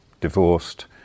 Divorced